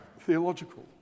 theological